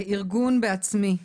ארגון "בעצמי"